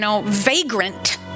vagrant